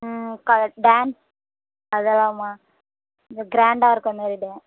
ம் க டான்ஸ் அதெல்லாமா இல்லை க்ராண்டாக இருக்க மாரி எடுங்கள்